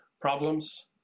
problems